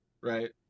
right